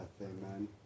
Amen